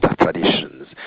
traditions